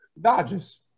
Dodgers